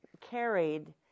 carried